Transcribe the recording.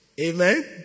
Amen